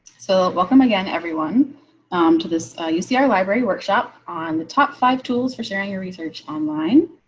so welcome again everyone to this. you see our library workshop on the top five tools for sharing your research online.